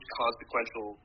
consequential